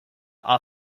are